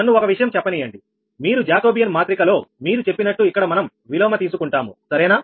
నన్ను ఒక విషయం చెప్పనీయండి మీరు జాకోబియన్ మాత్రిక లో మీరు చెప్పినట్టు ఇక్కడ మనం విలోమ తీసుకుంటాము సరేనా